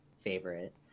favorite